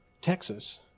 Texas